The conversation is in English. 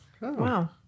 Wow